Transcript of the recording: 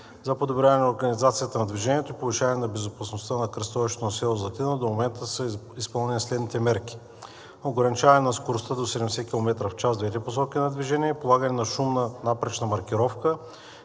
За подобряване на организацията на движението и повишаване на безопасността на кръстовището за село Златина до момента са изпълнени следните мерки: ограничаване на скоростта до 70 км в час в двете посоки на движение, полагане на шумна напречна маркировка,